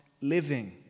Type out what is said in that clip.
living